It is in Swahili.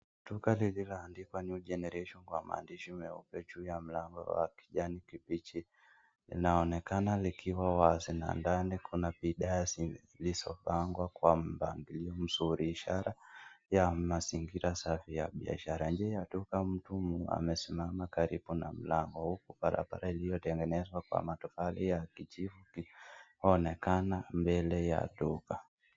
Duka lililoandikwa New Generation kwa maandishi meupe juu ya mlango wa kijani kibichi linaonekana likiwa wazi na ndani kuna bidhaa zilizopangwa kwa mbangilio mzuri ishara ya mazingira safi ya biashara nje ya duka mtu amesimama karibu na mlango huku barabara iliyotengenezwa kwa matofali ya kijivu inaonekana mbele ya duka.